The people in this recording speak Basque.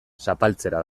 zapaltzera